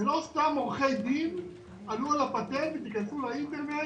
ולא סתם עורכי דין עלו על הפטנט, ותכנסו לאינטרנט